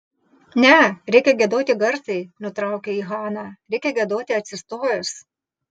ne reikia giedoti garsiai nutraukė jį hana reikia giedoti atsistojus